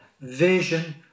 vision